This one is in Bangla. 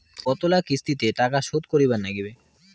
কতোলা কিস্তিতে টাকা শোধ করিবার নাগীবে?